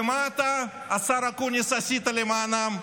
ומה אתה, השר אקוניס, עשית למענם?